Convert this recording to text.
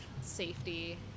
safety